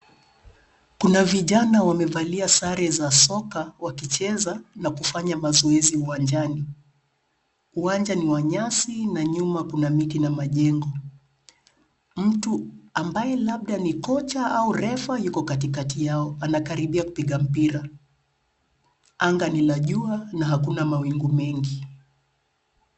Kuna vijana wamevalia sare za soka, wakicheza na kufanya mazoezi uwanjani. Uwanja ni wa nyasi na nyuma kuna miti na majengo. Mtu ambaye labda ni kocha au refa yuko katikati yao anakaribia kupiga mpira. Anga ni la jua na hakuna mawingu mengi.